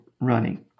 running